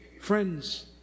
Friends